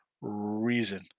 reason